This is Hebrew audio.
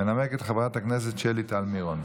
מנמקת חברת הכנסת שלי טל מירון.